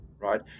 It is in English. right